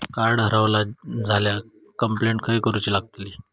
Card हरवला झाल्या complaint खय करूची लागतली?